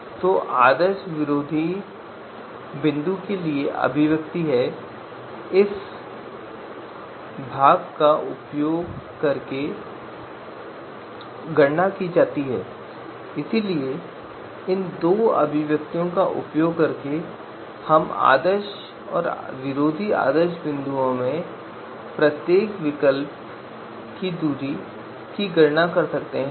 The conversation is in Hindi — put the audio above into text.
तो आदर्श विरोधी बिंदु के लिए यह अभिव्यक्ति है इस भाग का उपयोग करके दांती की गणना की जा रही है इसलिए इन दो अभिव्यक्तियों का उपयोग करके हम हमेशा आदर्श और विरोधी आदर्श बिंदुओं से प्रत्येक विकल्प की दूरी की गणना कर सकते हैं